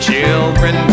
Children